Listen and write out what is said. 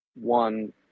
one